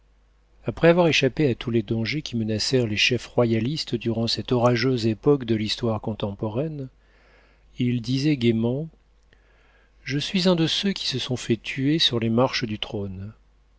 après avoir échappé à tous les dangers qui menacèrent les chefs royalistes durant cette orageuse époque de l'histoire contemporaine il disait gaiement je suis un de ceux qui se sont fait tuer sur les marches du trône